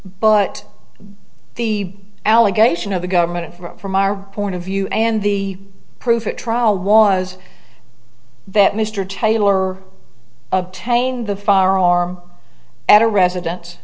but the allegation of the government from our point of view and the proof at trial was that mr taylor obtained the firearm at a residen